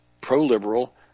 pro-liberal –